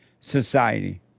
society